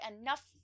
enough